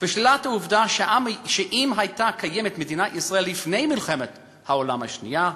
ושלילת העובדה שאם הייתה קיימת מדינת ישראל לפני מלחמת העולם השנייה,